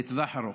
לטווח ארוך.